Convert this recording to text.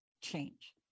change